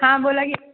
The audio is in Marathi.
हां बोला की